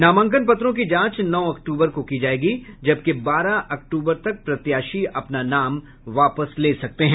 नामांकन पत्रों की जांच नौ अक्टूबर को की जायेगी जबकि बारह अक्टूबर तक प्रत्याशी अपना नाम वापस ले सकते हैं